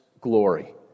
glory